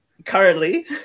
Currently